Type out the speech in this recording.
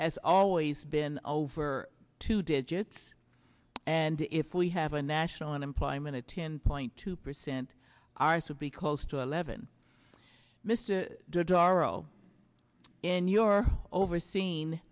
has always been over two digits and if we have a national unemployment at ten point two percent ours would be close to eleven mr daro in your overseen